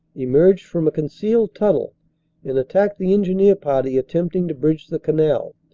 emerged from a concealed tunnel and attacked the engineer party attempting. to bridge the canal.